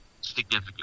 significant